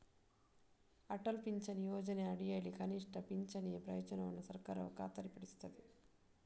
ಅಟಲ್ ಪಿಂಚಣಿ ಯೋಜನೆಯ ಅಡಿಯಲ್ಲಿ ಕನಿಷ್ಠ ಪಿಂಚಣಿಯ ಪ್ರಯೋಜನವನ್ನು ಸರ್ಕಾರವು ಖಾತರಿಪಡಿಸುತ್ತದೆ